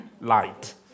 light